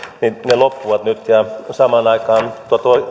ne loppuvat nyt samaan aikaan